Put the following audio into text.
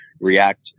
react